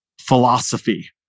philosophy